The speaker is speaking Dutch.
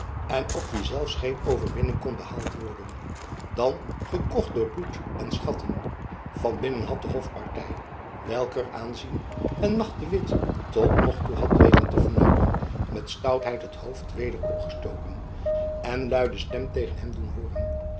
en op wien zelfs geen overwinning kon behaald worden dan gekocht door bloed en schatten van binnen had de hofparty welker aanzien en macht de witt tot nog toe had weten te fnuiken met stoutheid het hoofd weder jacob van lennep elizabeth musch opgestoken en luide hare stem tegen hem doen hooren